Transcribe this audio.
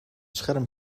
scherm